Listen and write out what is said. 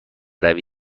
روی